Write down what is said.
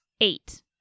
Eight